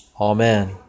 Amen